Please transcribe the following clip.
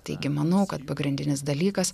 taigi manau kad pagrindinis dalykas